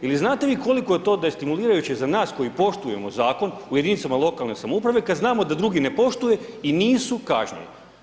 Jel' znate vi koliko je to destimulirajuće za nas koji poštujemo Zakon u jedinicama lokalne samouprave, kad znamo da drugi ne poštuje i nisu kažnjeni?